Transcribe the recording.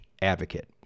advocate